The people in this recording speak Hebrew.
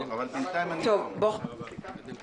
בשנת 2010 בתקנות נוספות נקבע רף דומה לגבי אסירים.